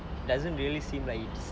doesn't really seem like it's